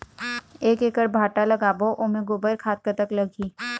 एक एकड़ भांटा लगाबो ओमे गोबर खाद कतक लगही?